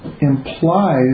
implies